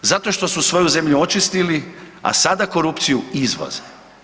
Zato što su svoju zemlju očistili, a sada korupciju izvoze.